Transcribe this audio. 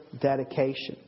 dedication